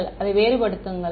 மாணவர் அதை வேறுபடுத்துங்கள்